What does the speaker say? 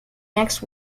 next